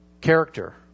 Character